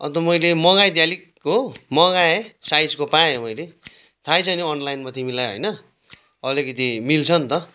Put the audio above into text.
अन्त मैले मगाइ दिएँ आलिक हो मगाएँ साइजको पाएँ मैले थाहै छ नि अनलाइनमा तिमीलाई होइन अलिकिति मिल्छ नि त